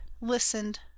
listened